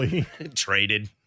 traded